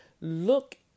look